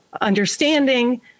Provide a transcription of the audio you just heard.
understanding